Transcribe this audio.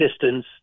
distance